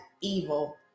evil